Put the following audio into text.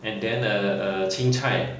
and then a err 青菜